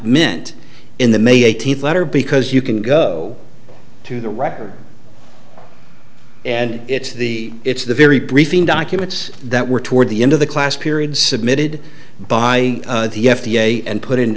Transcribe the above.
meant in the may eighteenth letter because you can go to the record and it's the it's the very briefing documents that were toward the end of the class period submitted by the f d a and put in